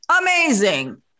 Amazing